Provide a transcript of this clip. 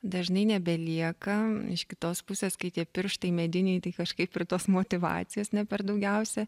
dažnai nebelieka iš kitos pusės kai tie pirštai mediniai tai kažkaip ir tos motyvacijos ne per daugiausia